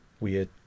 weird